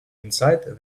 inside